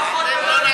לא פחות ולא,